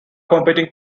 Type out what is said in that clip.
competing